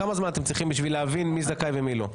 כמה זמן אתם צריכים בשביל להבין מי זכאי ומי לא?